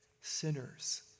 sinners